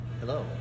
Hello